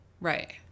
Right